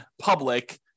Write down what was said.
public